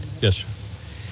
Yes